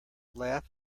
laugh